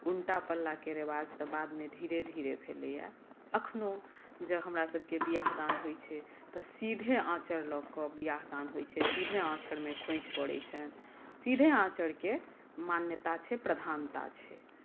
उनटा पल्लाके रिवाज तऽ बादमे धीरे धीरे भेलैए एखनो जँ हमरासबके बिआह दान होइ छै तऽ सीधे आँचर लऽ कऽ बिआह दान होइ छै सीधे आँचरमे खोँइछ पड़ै छनि सीधे आँचरके मान्यता छै प्रधानता छै